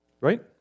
Right